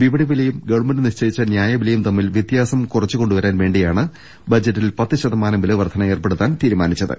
വിപണിവിലയും government നിശ്ചയിച്ച ന്യായ വിലയും തമ്മിൽ വൃത്യാസം കുറച്ചുകൊണ്ടുവരാൻ വേണ്ടിയാണ് ബജറ്റിൽ പത്ത് ശതമാനം വിലവർദ്ധന ഏർപ്പെടുത്താൻ തീരുമാനിച്ചത്